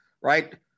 right